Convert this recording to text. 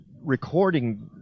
recording